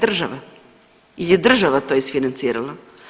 Država jer je država to isfinancirala.